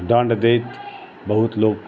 दण्ड दैत बहुत लोक